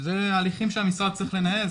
אלה הליכים שהמשרד צריך לנהל.